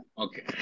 Okay